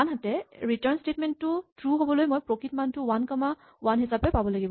আনহাতে return statement টো true হ'বলৈ মই প্ৰকৃত মানটো ৱান কমা ৱান হিচাপে পাব লাগিব